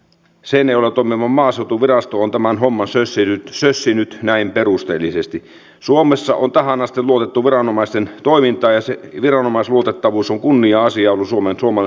sen euro domino maaseutuviraston tämän homman seissy sössinyt näin perusteellisesti suomessa on tähän asti voitu viranomaisten toimintaa ja se viranomaisluotettavuus on kunnia asia on suomen tuomo